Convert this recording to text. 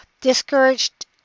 discouraged